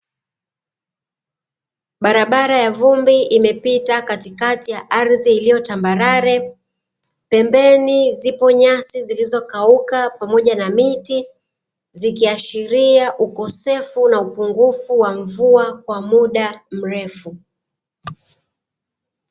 Barabara ya vumbi imepita katikati ya ardhi iliyo tambarare, pembeni zipo nyasi zilizokauka pamoja na miti zikiashiria ukosefu na upungufu wa mvua kwa muda mrefu.